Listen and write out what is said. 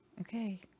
Okay